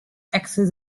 axis